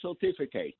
certificate